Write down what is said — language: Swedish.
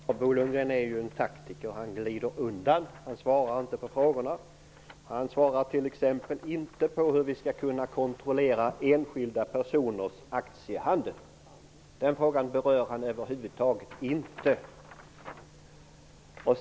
Herr talman! Bo Lundgren är en taktiker. Han glider undan och svarar inte på frågorna. Han svarar t.ex. inte på hur vi skall kunna kontrollera enskilda personers aktiehandel. Den frågan berör han över huvud taget inte.